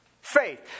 faith